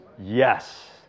Yes